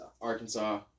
Arkansas